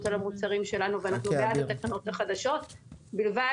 על המוצרים שלנו ואנחנו בעד התקנות החדשות ובלבד